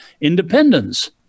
independence